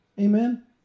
Amen